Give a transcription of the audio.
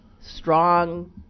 strong